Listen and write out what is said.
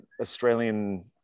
Australian